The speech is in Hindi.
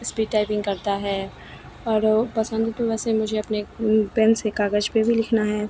इस्पीड टाइपिंग करता है और पसंद तो वैसे मुझे अपने पेन से कागज़ पर भी लिखना है